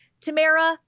Tamara